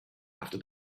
after